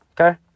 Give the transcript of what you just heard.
okay